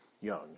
young